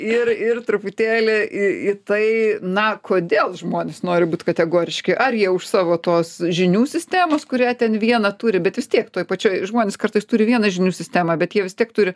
ir ir truputėlį į į tai na kodėl žmonės nori būt kategoriški ar jie už savo tos žinių sistemos kurią ten vieną turi bet vis tiek toj pačioj žmonės kartais turi vieną žinių sistemą bet jie vis tiek turi